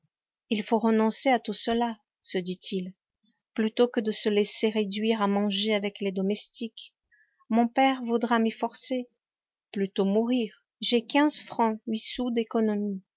il faut renoncer à tout cela se dit-il plutôt que de se laisser réduire à manger avec les domestiques mon père voudra m'y forcer plutôt mourir j'ai quinze francs huit sous d'économie